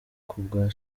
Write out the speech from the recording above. kubwa